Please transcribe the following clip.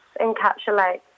encapsulates